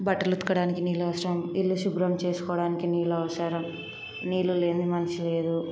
బట్టలు ఉతకడానికి నీళ్ళు అవసరం ఇల్లు శుభ్రం చేసుకోవడానికి నీళ్ళు అవసరం నీళ్ళు లేనిది మనిషి లేదు